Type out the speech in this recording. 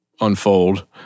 unfold